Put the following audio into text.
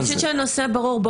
אני חושבת שהנושא ברור.